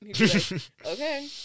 okay